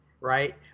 right